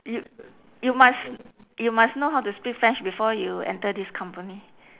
you you must you must know how to speak french before you enter this company